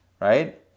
right